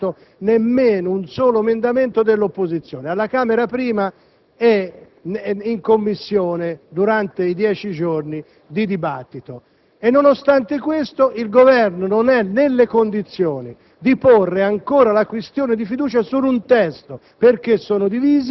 solo da parte della maggioranza, perché non è stato accettato un solo emendamento dell'opposizione; alla Camera prima e in Commissione bilancio del Senato poi, durante i dieci giorni di dibattito. Nonostante questo, il Governo non è nelle condizioni